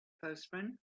postman